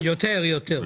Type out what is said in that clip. יותר.